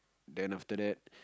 then after that